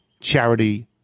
charity